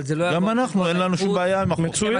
אבל זה -- גם אנחנו אין לנו שום בעיה עם החוק.